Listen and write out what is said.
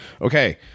Okay